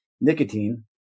nicotine